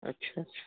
अछा अच्छा